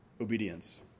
Obedience